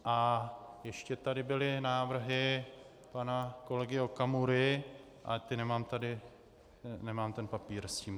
A ještě tady byly návrhy pana kolegy Okamury a nemám tady ten papír s tím.